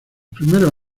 primeros